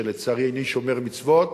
לצערי איני שומר מצוות,